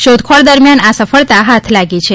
શોધખોળ દરમિયાન આ સફળતા હાથ લાગી છે